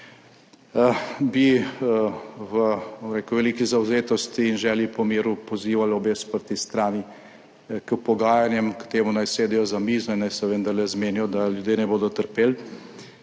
veliki zavzetosti in želji po miru, pozivali obe sprti strani k pogajanjem, k temu naj sedejo za mizo in naj se vendarle zmenijo, da ljudje ne bodo trpeli.